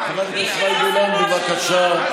חברת הכנסת מאי גולן, בבקשה.